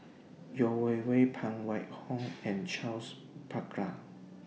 Yeo Wei Wei Phan Wait Hong and Charles Paglar